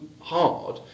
hard